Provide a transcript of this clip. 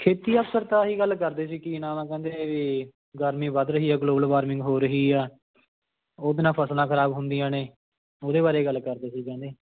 ਖੇਤੀ ਅਫਸਰ ਤਾਂ ਆਹੀ ਗੱਲ ਕਰਦੇ ਸੀ ਕਿ ਨਾ ਨਾ ਕਹਿੰਦੇ ਵੀ ਗਰਮੀ ਵੱਧ ਰਹੀ ਹੈ ਗਲੋਬਲ ਵਾਰਮਿੰਗ ਹੋ ਰਹੀ ਹੈ ਉਹਦੇ ਨਾਲ ਫ਼ਸਲਾਂ ਖ਼ਰਾਬ ਹੁੰਦੀਆਂ ਨੇ ਉਹਦੇ ਬਾਰੇ ਗੱਲ ਕਰਦੇ ਸੀ ਕਹਿੰਦੇ